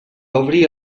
obrir